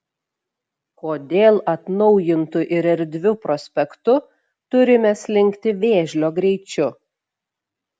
kodėl atnaujintu ir erdviu prospektu turime slinkti vėžlio greičiu